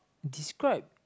describe